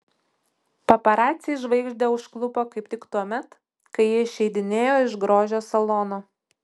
paparaciai žvaigždę užklupo kaip tik tuomet kai ji išeidinėjo iš grožio salono